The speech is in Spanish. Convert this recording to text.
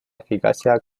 eficacia